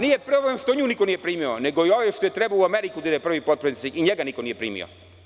Nije problem što nju niko nije primio, nego i ovaj što je trebao u Ameriku da ide, prvi potpredsednik, i njega niko nije primio.